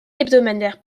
hebdomadaire